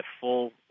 full